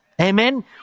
Amen